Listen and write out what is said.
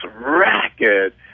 racket